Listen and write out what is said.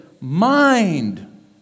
mind